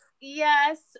yes